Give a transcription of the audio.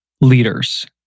leaders